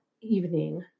evening